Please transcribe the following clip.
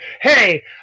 hey